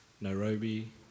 Nairobi